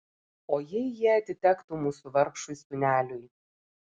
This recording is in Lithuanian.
o jei jie atitektų mūsų vargšui sūneliui